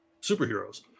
superheroes